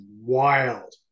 wild